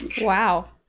wow